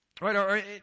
right